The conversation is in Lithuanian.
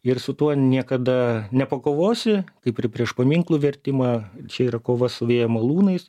ir su tuo niekada nepakovosi kaip ir prieš paminklų vertimą čia yra kova su vėjo malūnais